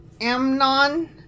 Amnon